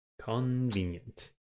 Convenient